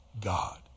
God